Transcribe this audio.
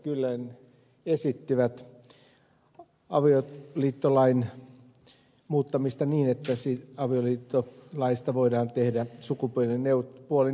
kyllönen esittivät avioliittolain muuttamista niin että avioliittolaista voidaan tehdä sukupuolineutraali